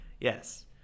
Yes